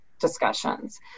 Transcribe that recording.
discussions